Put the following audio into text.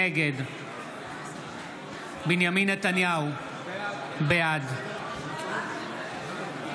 נגד בנימין נתניהו, בעד יואב